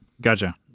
Gotcha